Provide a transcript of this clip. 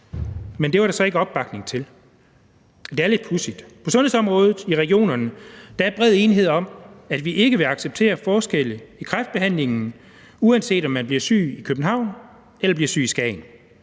Men det var der så ikke opbakning til. Det er lidt pudsigt: På sundhedsområdet i regionerne er der bred enighed om, at vi ikke vil acceptere forskelle i kræftbehandlingen, uanset om man bliver syg i København eller bliver